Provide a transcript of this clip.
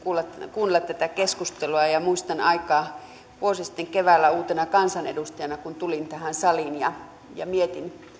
kuunnella tätä keskustelua ja muistan aikaa vuosi sitten keväällä uutena kansanedustajana kun tulin tähän saliin ja ja mietin